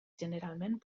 generalment